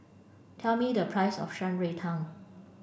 tell me the price of Shan Rui Tang